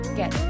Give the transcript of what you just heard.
get